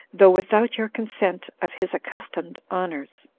though without your consent, of his accustomed honors.